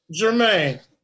Jermaine